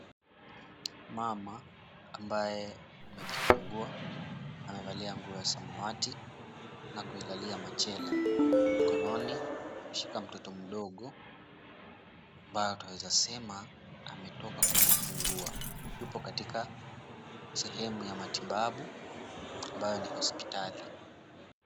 Mama ambaye amejifungua amevalia nguo ya samawati na kuilalia machela. Mikononi amemshika mtoto mdogo ambaye twaweza sema ametoka kujifungua. Yupo katika sehemu ya matibabu ambayo ni hospitali.